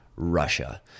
Russia